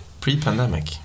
Pre-pandemic